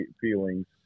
feelings